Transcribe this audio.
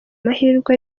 mahirwe